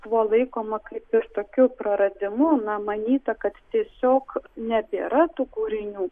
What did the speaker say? buvo laikoma kaip ir tokiu praradimu na manyta kad tiesiog nebėra tų kūrinių